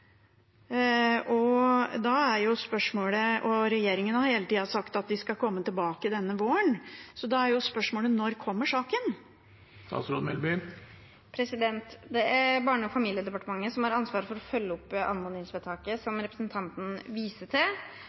Regjeringen har hele tida sagt at de skal komme tilbake denne våren. Så da er jo spørsmålet: Når kommer saken? Det er Barne- og familiedepartementet som har ansvar for å følge opp anmodningsvedtaket som representanten viste til.